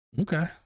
Okay